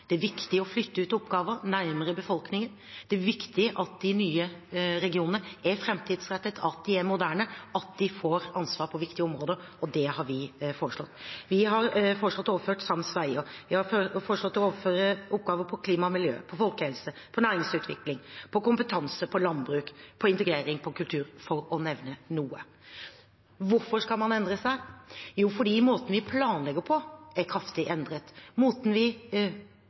det er viktig å flytte ut oppgaver, nærmere befolkningen. Det er viktig at de nye regionene er framtidsrettet, at de er moderne, at de får ansvar på viktige områder, og det har vi foreslått. Vi har foreslått å overføre sams vegadministrasjon, vi har foreslått å overføre oppgaver på klima og miljø, på folkehelse, på næringsutvikling, på kompetanse, på landbruk, på integrering, på kultur – for å nevne noe. Hvorfor skal man endre seg? Jo, fordi måten vi planlegger på, er kraftig endret. Måten vi